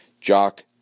Jock